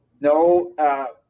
No